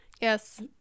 Yes